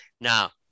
Now